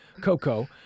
Coco